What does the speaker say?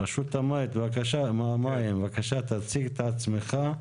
רשות המים, בבקשה תציג את עצמך.